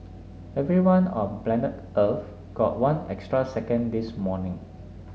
everyone on planet Earth got one extra second this morning